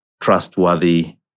trustworthy